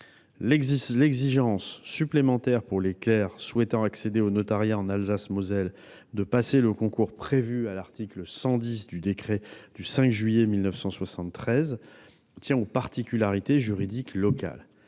L'exigence supplémentaire, pour les clercs souhaitant accéder au notariat en Alsace-Moselle, de passer le concours prévu à l'article 110 du décret du 5 juillet 1973 tient aux particularités juridiques locales,